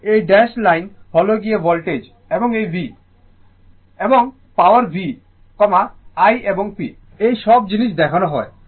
এবং এই dash line হল গিয়ে ভোল্টেজ এবং এই V I এবং পাওয়ার v i এবং p এই সব জিনিস দেখানো হয়